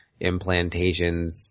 implantations